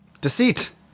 Deceit